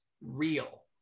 real